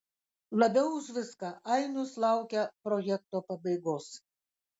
labiau už viską ainius laukia projekto pabaigos